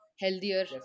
healthier